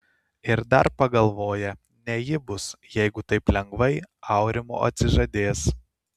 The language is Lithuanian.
ir dar pagalvoja ne ji bus jeigu taip lengvai aurimo atsižadės